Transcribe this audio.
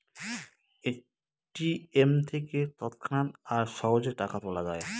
ATM থেকে তৎক্ষণাৎ আর সহজে টাকা তোলা যায়